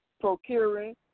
procuring